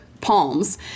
palms